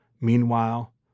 Meanwhile